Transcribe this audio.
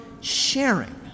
sharing